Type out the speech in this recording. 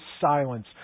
silence